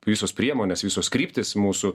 visos priemonės visos kryptys mūsų